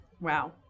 Wow